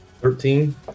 Thirteen